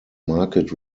market